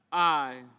i.